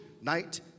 night